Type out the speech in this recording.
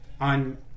on